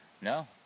no